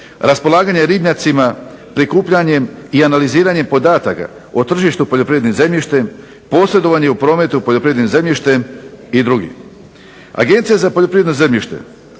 raspolaganje ribnjacima, prikupljanjem i analiziranjem podataka o tržištu poljoprivrednim zemljištem, posredovanje u prometu poljoprivrednim zemljištem i dr. Agencija za poljoprivredno zemljište